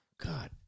God